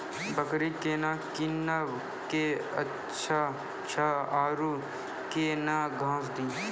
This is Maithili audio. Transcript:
बकरी केना कीनब केअचछ छ औरू के न घास दी?